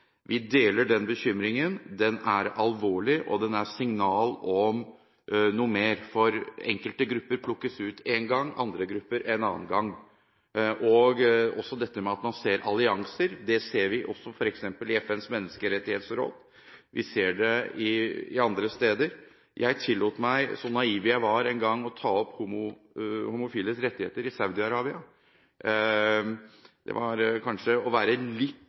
Vi deler den bekymringen. Den er alvorlig. Den gir et signal om noe mer, for enkelte grupper plukkes ut én gang, andre grupper en annen gang. Man ser også allianser – vi ser det bl.a. i FNs menneskerettighetsråd. Vi ser det andre steder. Jeg tillot meg en gang, så naiv jeg var, å ta opp homofiles rettigheter i Saudi-Arabia. Det var kanskje å være litt